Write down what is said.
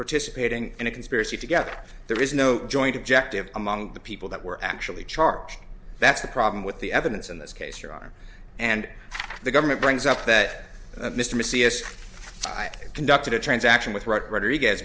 participating in a conspiracy together there is no joint objective among the people that were actually charged that's the problem with the evidence in this case your honor and the government brings up that mr mysie as i conducted a transaction with right rodriguez